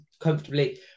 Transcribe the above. comfortably